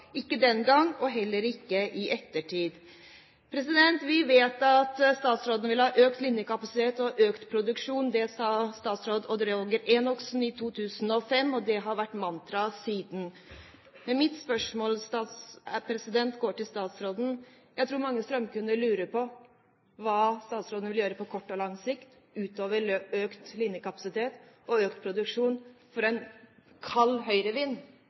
ikke den gang og heller ikke i ettertid. Vi vet at statsråden vil ha økt linjekapasitet og økt produksjon. Det sa statsråd Odd Roger Enoksen i 2005, og det har vært mantraet siden. Mitt spørsmål til statsråden blir: Jeg tror mange strømkunder lurer på hva statsråden vil gjøre på kort og lang sikt utover økt linjekapasitet og økt produksjon, for en kald høyrevind